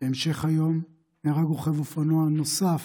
בהמשך היום נהרג רוכב אופנוע נוסף,